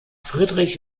friedrich